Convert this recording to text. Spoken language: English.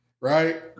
right